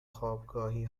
خوابگاهی